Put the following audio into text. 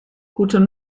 guten